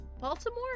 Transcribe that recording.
Baltimore